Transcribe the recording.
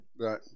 Right